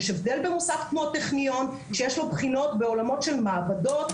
יש הבדל במוסד כמו הטכניון שיש לו בחינות בעולמות של מעבדות,